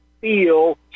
feel